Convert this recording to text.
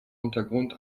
untergrund